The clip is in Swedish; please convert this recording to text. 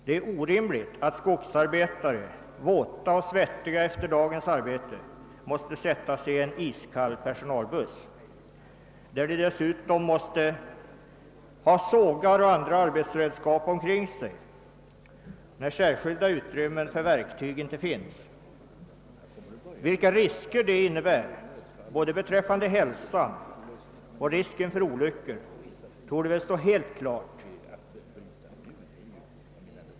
Det är orimligt att skogsarbetare, våta och svettiga efter dagens arbete, måste sätta sig i en iskall personalbuss, där de dessutom måste ha sågar och andra arbetsredskap omkring sig, eftersom särskilda utrymmen för verktyg inte finns. Vilka risker detta innebär för både hälsan och olyckor torde stå helt klart.